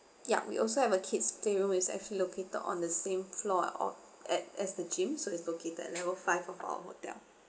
yup we also have a kids play room is actually located on the same floor or at as the gym so is located at level five of our hotel